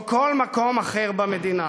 או כל מקום אחר במדינה,